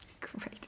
great